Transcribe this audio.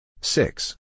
Six